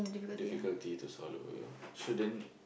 difficulty to swallow you know shouldn't